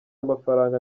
amafaranga